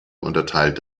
unterteilt